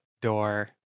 door